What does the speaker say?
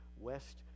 West